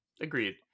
Agreed